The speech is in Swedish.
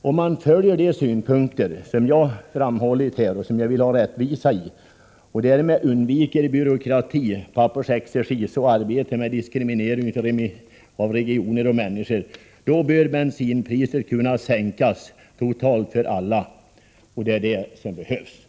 Om man beaktar de rättvisesynpunkter jag framhållit och undviker byråkrati, pappersexercis och diskriminering av regioner och människor, då bör bensinpriset kunna sänkas totalt för alla. Det behövs också.